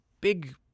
big